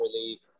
relief